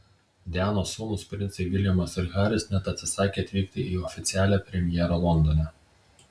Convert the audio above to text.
dianos sūnūs princai viljamas ir haris net atsisakė atvykti į oficialią premjerą londone